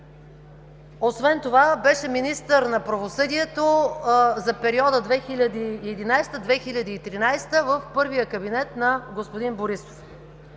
Освен това беше министър на правосъдието за периода от 2011 – 2013 г. в първия кабинет на господин Борисов.